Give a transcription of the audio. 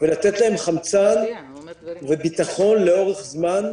ולתת להם חמצן וביטחון לאורך זמן,